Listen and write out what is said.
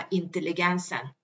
intelligensen